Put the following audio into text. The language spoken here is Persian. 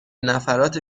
نفرات